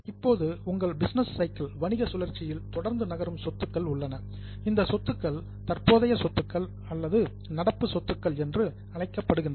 இப்போது உங்கள் business cycle வணிக சுழற்சியில் தொடர்ந்து நகரும் சொத்துக்கள் உள்ளன இந்த சொத்துக்கள் கரண்ட அசெட்ஸ் தற்போதைய சொத்துக்கள் அல்லது நடப்பு சொத்துக்கள் என்று அழைக்கப்படுகின்றன